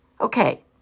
Okay